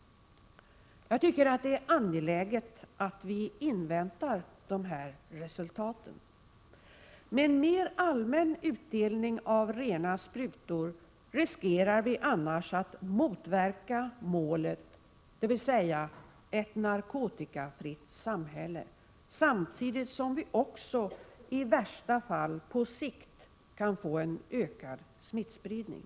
Det är angeläget att vi inväntar dessa resultat. Med en mer allmän utdelning av rena sprutor riskerar vi annars att motverka målet, dvs. ett narkotikafritt samhälle, samtidigt som vi också i värsta fall på sikt kan få en ökad smittspridning.